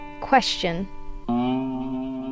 question